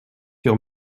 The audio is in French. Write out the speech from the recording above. sur